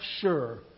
sure